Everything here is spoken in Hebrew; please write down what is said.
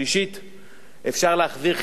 אפשר להחזיר חלק לארצות המוצא,